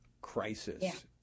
crisis